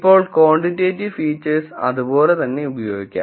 ഇപ്പോൾ quantitative features അത്പോലെ തന്നെ ഉപയോഗിക്കാം